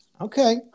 Okay